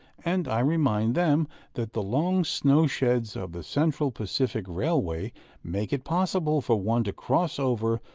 and i remind them that the long snow-sheds of the central pacific railway make it possible for one to cross over,